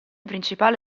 principale